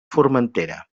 formentera